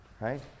right